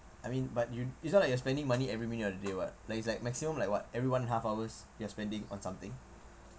I mean but you it's not like you're spending money every minute of the day [what] like it's like maximum like what every one and half hours you are spending on something